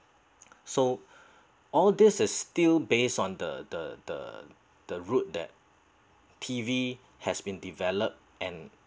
so all these is still based on the the the the route that T_V has been developed and